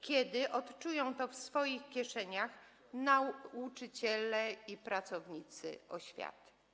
Kiedy odczują to w swoich kieszeniach nauczyciele i pracownicy oświaty?